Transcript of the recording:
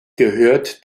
gehört